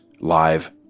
live